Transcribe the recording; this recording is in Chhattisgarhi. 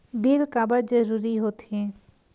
बिल काबर जरूरी होथे?